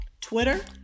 Twitter